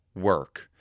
work